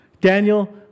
Daniel